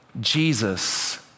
Jesus